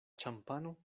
ĉampano